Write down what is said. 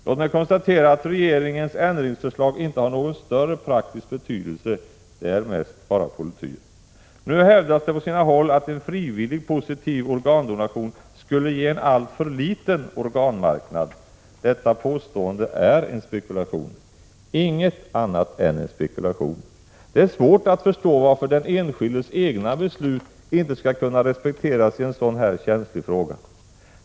Låt mig konstatera att regeringens ändringsförslag inte har någon större praktisk betydelse. Det är mest bara polityr! Nu hävdas det på sina håll att en frivillig, positiv organdonation skulle ge en alltför liten organmarknad. Detta påstående är en spekulation — inget annat. Det är svårt att förstå varför den enskildes eget beslut i en sådan här känslig fråga inte skulle kunna respekteras.